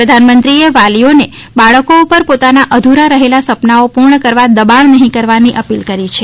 પ્રધાનમંત્રીએ વાલીઓને બાળકો પર પોતાના અધુરા રહેલા સપનાઓ પૂર્ણ કરવા દબાણ નહીં કરવાની અપીલ કરાઈ છે